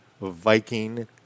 Viking